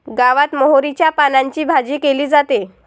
गावात मोहरीच्या पानांची भाजी केली जाते